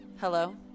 hello